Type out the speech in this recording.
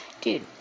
dude